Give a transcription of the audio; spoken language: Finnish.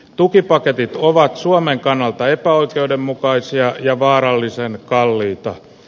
tukipaketit ovat suomen kannalta epäoikeudenmukaisia ja vaarallisen kalliita